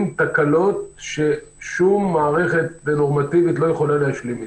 תקלות ששום מערכת נורמטיבית לא יכולה להשלים איתה.